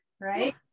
right